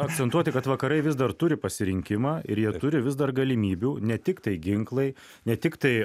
akcentuoti kad vakarai vis dar turi pasirinkimą ir jie turi vis dar galimybių ne tik tai ginklai ne tiktai